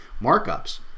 markups